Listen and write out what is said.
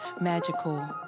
magical